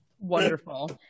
Wonderful